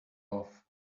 off